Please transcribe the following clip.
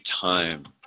time